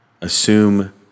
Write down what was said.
Assume